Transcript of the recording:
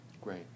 Great